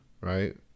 right